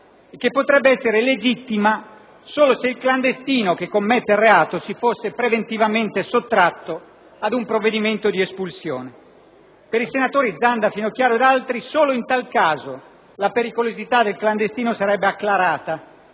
e che potrebbe essere legittima solo se il clandestino che commette il reato si fosse preventivamente sottratto ad un provvedimento di espulsione. Per i senatori Zanda, Finocchiaro ed altri solo in tal caso la pericolosità del clandestino sarebbe acclarata,